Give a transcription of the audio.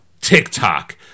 TikTok